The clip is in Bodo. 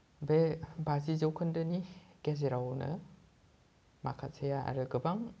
बे बाजि जौखोन्दोनि गेजेरावनो माखासेआ आरो गोबां